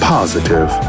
Positive